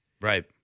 Right